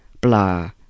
blah